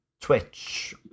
Twitch